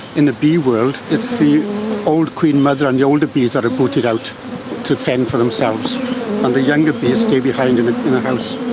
in the bee world it's the old queen mother and the older bees that are booted out to fend for themselves, and the younger bees stay behind in the house.